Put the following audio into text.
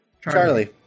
Charlie